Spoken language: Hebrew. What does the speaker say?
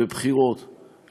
בבחירות,